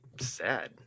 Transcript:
sad